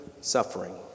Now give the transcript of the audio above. suffering